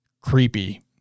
creepy